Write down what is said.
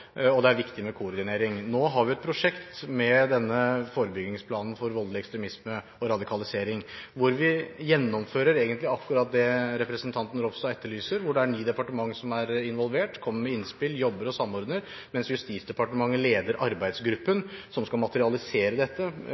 og det er viktig med koordinering. Nå har vi et prosjekt med denne forebyggingsplanen for voldelig ekstremisme og radikalisering hvor vi gjennomfører egentlig akkurat det representanten Ropstad etterlyser. Det er ni departement som er involvert, kommer med innspill, jobber og samordner, mens Justisdepartementet leder arbeidsgruppen som skal materialisere dette